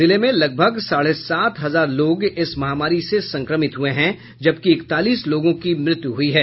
जिले में लगभग साढ़े सात हजार लोग इस महामारी से संक्रमित हुए हैं जबकि इकतालीस लोगों की मृत्यु हुई है